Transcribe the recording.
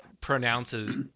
pronounces